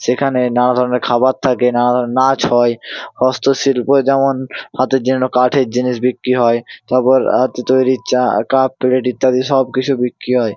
সেখানে নানা ধরনের খাবার থাকে নানা ধরনের নাচ হয় হস্তশিল্প যেমন হাতের জন্য কাঠের জিনিস বিক্রি হয় তারপর হাতে তৈরি চা আর কাপ প্লেট ইত্যাদি সব কিছু বিক্রি হয়